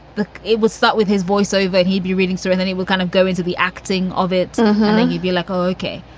but it would start with his voice over. he'd be reading through. and then he would kind of go into the acting of it and he'd be like, okay.